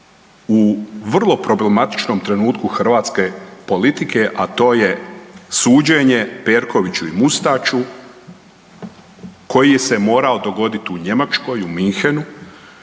u vrlo problematičnom trenutku hrvatske politike, a to je suđenje Perkoviću i Mustaču koji se morao dogodit u Njemačkoj u Munchenu